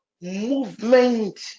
movement